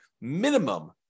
minimum